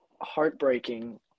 heartbreaking